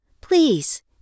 Please